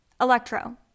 Electro